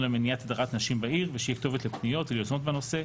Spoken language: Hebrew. על מניעת הדרת נשים בעיר ושיהיה כתובת לפניות וליוזמות בנושא.